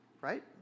right